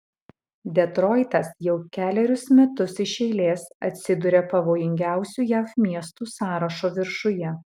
detroitas jau kelerius metus iš eilės atsiduria pavojingiausių jav miestų sąrašo viršuje